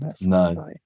No